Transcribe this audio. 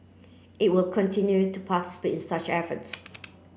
it will continue to participate in such efforts